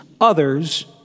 others